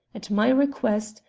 at my request,